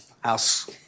House